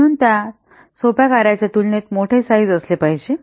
म्हणून त्यास सोप्या कार्याच्या तुलनेत मोठे साईझ असले पाहिजे